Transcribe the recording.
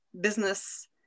business